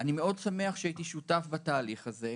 אני שמח מאוד שהייתי שותף בתהליך הזה.